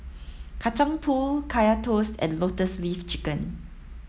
Kacang Pool Kaya Toast and lotus leaf chicken